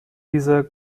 dieser